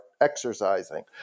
exercising